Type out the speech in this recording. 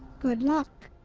good luck!